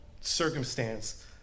circumstance